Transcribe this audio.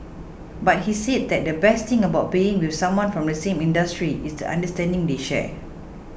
but he said that the best thing about being with someone from the same industry is the understanding they share